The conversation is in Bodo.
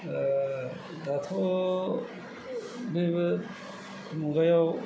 दाथ' नैबे मुगायाव